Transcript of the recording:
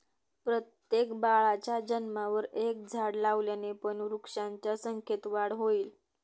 प्रत्येक बाळाच्या जन्मावर एक झाड लावल्याने पण वृक्षांच्या संख्येत वाढ होईल